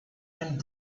and